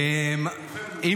כולכם מוזמנים.